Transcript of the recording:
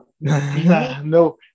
No